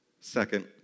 Second